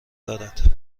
دارد